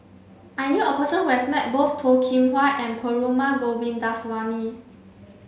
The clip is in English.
I knew a person who has met both Toh Kim Hwa and Perumal Govindaswamy